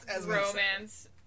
romance